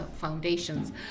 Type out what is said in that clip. foundations